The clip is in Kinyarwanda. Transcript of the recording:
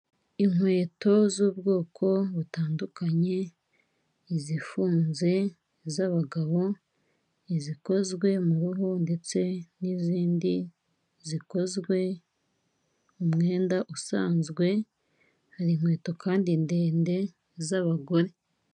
Inkweto z'ubwoko butandukanye, izifunze, iz'abagabo, izikozwe mu ruhu ndetse n'izindi zikozwe mu mwenda usanzwe, hari inkweto kandi ndende z'abagore.